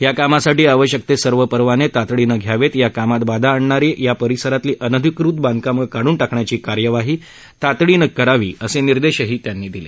या कामासाठी आवश्यक ते सर्व परवाने तातडीनं घ्यावेत या कामात बाधा आणणारी या परिसरातली अनधिकृत बांधकामं काढून टाकण्याची कार्यवाही तातडीनं करावी असे निर्देशही त्यांनी दिले